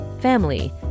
family